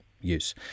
use